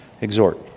exhort